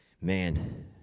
man